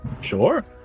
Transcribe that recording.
Sure